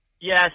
Yes